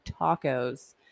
tacos